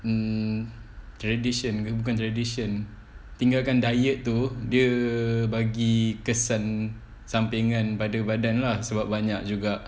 mm tradition bukan tradition tinggalkan diet tu dia bagi kesan sampingan pada badan lah sebab banyak juga